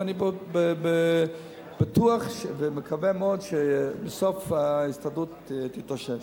ואני בטוח ומקווה מאוד שבסוף ההסתדרות תתעשת.